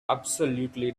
absolutely